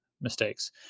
mistakes